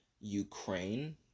ukraine